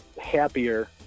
happier